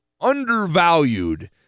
undervalued